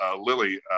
Lily